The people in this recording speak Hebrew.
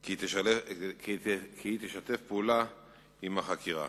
כי תשתף פעולה עם החקירה.